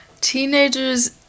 teenagers